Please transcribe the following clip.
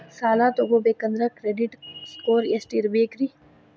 ಸಾಲ ತಗೋಬೇಕಂದ್ರ credit score ಎಷ್ಟ ಇರಬೇಕ್ರಿ?